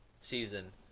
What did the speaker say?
season